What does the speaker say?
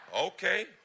Okay